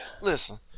Listen